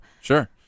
sure